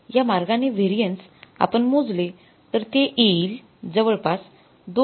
जर या मार्गाने व्हेरिएन्स आपण मोजले तर ते येईल जवळपास २